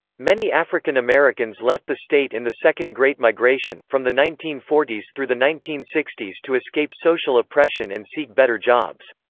many african americans left the state in the second great migration, from the nineteen forty s through the nineteen sixty s to escape social oppression and seek better jobs.